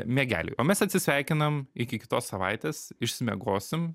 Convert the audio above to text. miegeliui o mes atsisveikinam iki kitos savaitės išsimiegosim